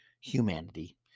humanity